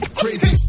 crazy